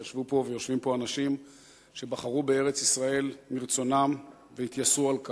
וישבו פה ויושבים פה אנשים שבחרו בארץ-ישראל מרצונם והתייסרו על כך.